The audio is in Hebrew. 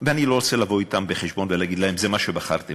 ואני לא רוצה לבוא אתם חשבון ולהגיד להם: זה מה שבחרתם.